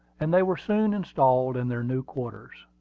and they were soon installed in their new quarters.